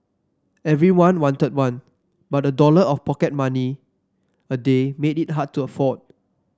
everyone wanted one but a dollar of pocket money a day made it hard to afford